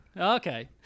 Okay